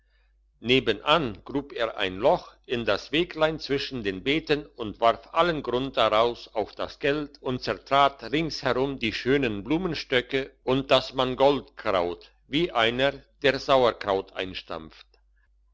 nebendran grub er ein loch in das weglein zwischen den beeten und warf allen grund daraus auf das geld und zertrat rings herum die schönen blumenstöcke und das mangoldkraut wie einer der sauerkraut